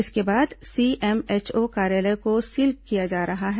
इसके बाद सीएमएचओ कार्यालय को सील किया जा रहा है